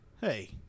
Hey